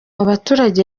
baturage